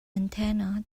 antenna